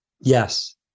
Yes